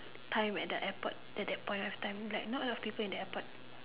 time at the airport at that point of time like not a lot of people in the airport